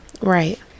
Right